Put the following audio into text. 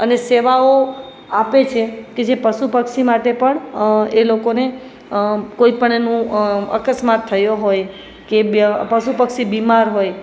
અને સેવાઓ આપે છે કે જે પશુ પક્ષી માટે પણ એ લોકોને કોઈ પણ એનું અકસ્માત થયો હોય કે પશુ પક્ષી બીમાર હોય